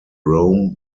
rome